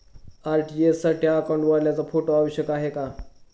RTGS साठी अकाउंटवाल्याचा photo आवश्यक आहे का?